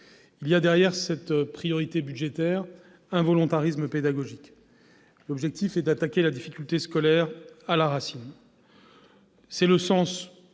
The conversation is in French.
Derrière cette priorité budgétaire, il existe un volontarisme pédagogique. L'objectif est d'attaquer la difficulté scolaire à la racine.